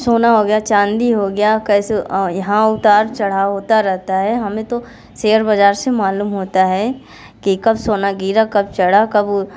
सोना हो गया चाँदी हो गया कैसे यहाँ उतार चढ़ाव होता रहता है हमें तो शेयर बाज़ार से मालूम होता है के कब सोना गिरा कब